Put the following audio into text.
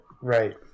Right